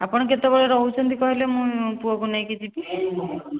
ଆପଣ କେତେବେଳେ ରହୁଛନ୍ତି କହିଲେ ମୁଁ ପୁଅକୁ ନେଇକି ଯିବି